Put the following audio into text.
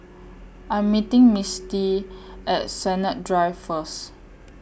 I'm meeting Misty At Sennett Drive First